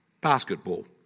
basketball